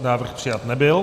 Návrh přijat nebyl.